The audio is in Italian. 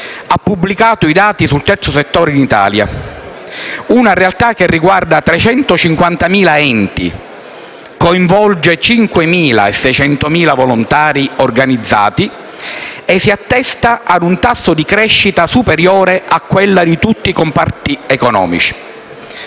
ha pubblicato i dati sul terzo settore in Italia: una realtà che riguarda 350.000 enti, coinvolge 600.000 volontari organizzati e si attesta a un tasso di crescita superiore a quello di tutti i comparti economici.